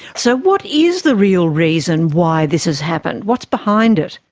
so what is the real reason why this has happened, what's behind it?